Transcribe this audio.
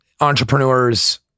entrepreneurs